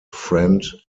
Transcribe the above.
friend